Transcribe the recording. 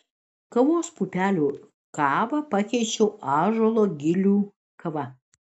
kavos pupelių kavą pakeičiau ąžuolo gilių kava